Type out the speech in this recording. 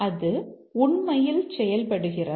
அது உண்மையில் செயல்படுகிறதா